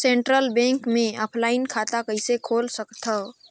Central bank मे offline खाता कइसे खोल सकथव?